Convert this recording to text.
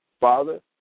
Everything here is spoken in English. Father